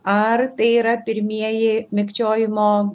ar tai yra pirmieji mikčiojimo